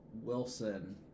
Wilson